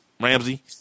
Ramsey